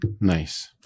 Nice